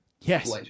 Yes